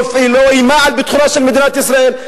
לא איימה על ביטחונה של מדינת ישראל.